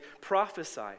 prophesy